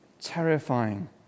terrifying